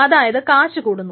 അതായത് കാശ് കൂടുന്നു